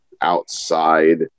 outside